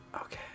Okay